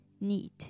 need